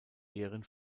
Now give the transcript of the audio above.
ehren